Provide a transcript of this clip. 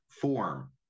form